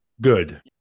good